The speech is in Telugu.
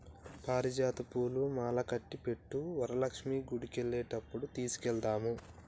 పారిజాత పూలు మాలకట్టి పెట్టు వరలక్ష్మి గుడికెళ్లేటప్పుడు తీసుకెళదాము